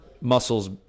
muscles